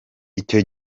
icyo